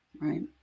right